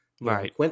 right